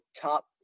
top